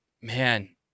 man